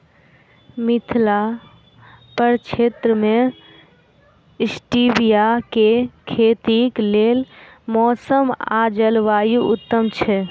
मिथिला प्रक्षेत्र मे स्टीबिया केँ खेतीक लेल मौसम आ जलवायु उत्तम छै?